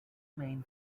main